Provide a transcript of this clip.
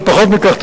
לא פחות מכך,